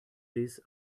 this